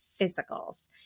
physicals